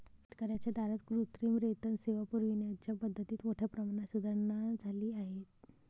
शेतकर्यांच्या दारात कृत्रिम रेतन सेवा पुरविण्याच्या पद्धतीत मोठ्या प्रमाणात सुधारणा झाली आहे